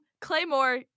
claymore